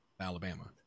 Alabama